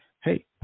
hey